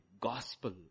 gospel